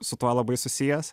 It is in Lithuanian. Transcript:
su tuo labai susijęs